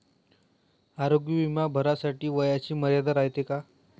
आरोग्य बिमा भरासाठी वयाची मर्यादा रायते काय?